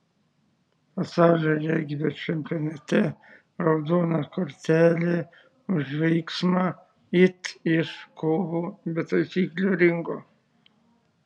pasaulio regbio čempionate raudona kortelė už veiksmą it iš kovų be taisyklių ringo